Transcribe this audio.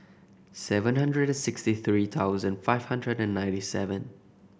seven hundred sixty three thousand five hundred and ninety seven